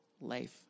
life